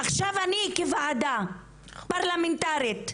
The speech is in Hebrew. עכשיו אני כוועדה פרלמנטרית,